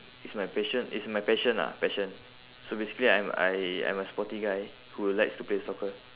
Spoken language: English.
is my passion is my passion lah passion so basically I'm I I'm a sporty guy who likes to play soccer